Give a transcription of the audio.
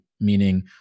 Meaning